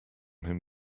him